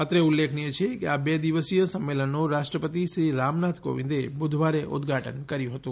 અત્રે ઉલ્લેખનીય છે કે આ બે દિવસીય સંમેલનનું રાષ્ટ્રપતિ શ્રી રામનાથ કોવિંદે બુધવારે ઉધ્ધાટન કર્યું હતું